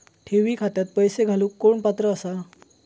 ठेवी खात्यात पैसे घालूक कोण पात्र आसा?